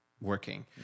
working